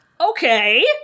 Okay